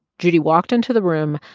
judy walked into the room,